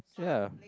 ya